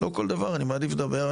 לא כל דבר אני מעדיף לדבר.